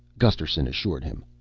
gusterson assured him.